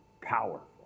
powerful